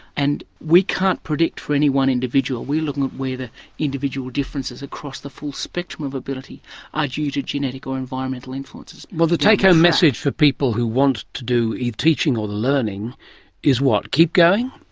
and we can't predict for any one individual. we're looking at where the individual differences across the full spectrum of ability are due to genetic or environmental influences. well, the take-home message for people who want to do the teaching or the learning is, what, keep going?